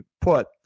put